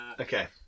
Okay